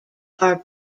are